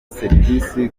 serivi